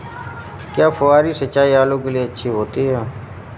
क्या फुहारी सिंचाई आलू के लिए अच्छी होती है?